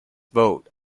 vote